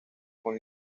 con